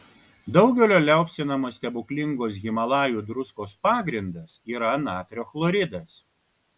daugelio liaupsinamos stebuklingos himalajų druskos pagrindas yra natrio chloridas